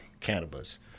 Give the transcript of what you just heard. Cannabis